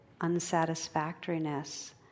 unsatisfactoriness